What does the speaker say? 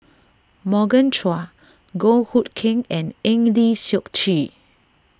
Morgan Chua Goh Hood Keng and Eng Lee Seok Chee